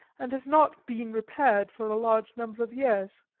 and has not been repaired for a large number of years.